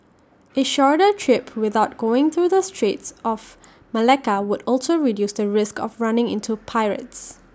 A shorter trip without going through the straits of Malacca would also reduce the risk of running into pirates